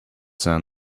sun